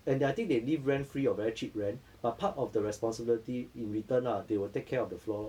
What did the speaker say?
and their I think they live rent free or very cheap rent but part of the responsibility in return ah they will take care of the floor